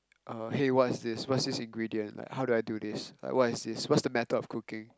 uh hey what's this what's this ingredient like how do I do this like what is this what is the method of cooking